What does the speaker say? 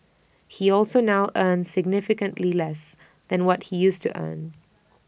he also now earns significantly less than what he used to earn